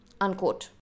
Unquote